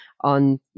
on